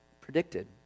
predicted